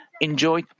enjoy